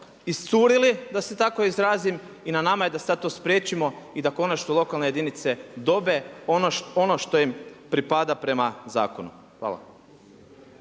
iscurili da se tako izrazim i na nama je da sada to spriječimo i da konačno lokalne jedinice dobe ono što im pripada prema zakonu. Hvala.